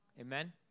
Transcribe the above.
Amen